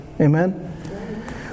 Amen